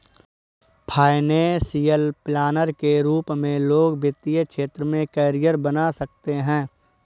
financial planner के रूप में लोग वित्तीय क्षेत्र में करियर बना सकते हैं